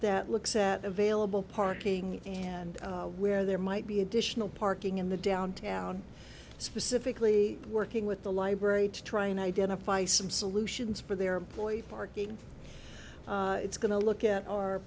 that looks at available parking and where there might be additional parking in the downtown specifically working with the library to try and identify some solutions for their employee parking it's going to look at our